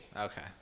Okay